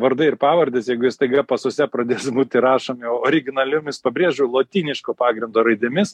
vardai ir pavardės jeigu staiga pasuose pradės būti rašomi originaliomis pabrėžiu lotyniško pagrindo raidėmis